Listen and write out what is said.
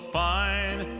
fine